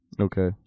Okay